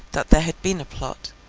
that there had been a plot,